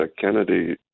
Kennedy